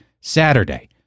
Saturday